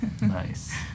Nice